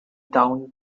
down